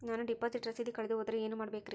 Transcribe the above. ನಾನು ಡಿಪಾಸಿಟ್ ರಸೇದಿ ಕಳೆದುಹೋದರೆ ಏನು ಮಾಡಬೇಕ್ರಿ?